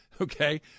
okay